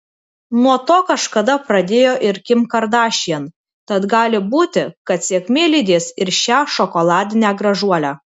nuo to kažkada pradėjo ir kim kardashian tad gali būti kad sėkmė lydės ir šią šokoladinę gražuolę